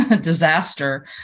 disaster